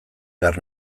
behar